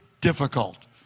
difficult